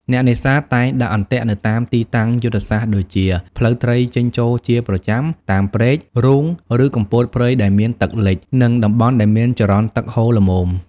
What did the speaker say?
អ្នកនេសាទតែងដាក់អន្ទាក់នៅតាមទីតាំងយុទ្ធសាស្ត្រដូចជា ផ្លូវត្រីចេញចូលជាប្រចាំ តាមព្រែក រូងឬគុម្ពោតព្រៃដែលមានទឹកលិច និងតំបន់ដែលមានចរន្តទឹកហូរល្មម។